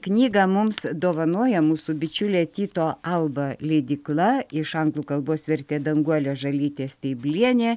knygą mums dovanoja mūsų bičiulė tyto alba leidykla iš anglų kalbos vertė danguolė žalytė steiblienė